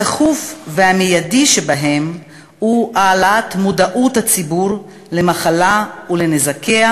הדחוף והמיידי שבהם הוא העלאת מודעות הציבור למחלה ולנזקיה